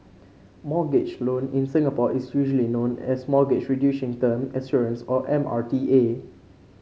mortgage loan in Singapore is usually known as Mortgage Reducing Term Assurance or M R T A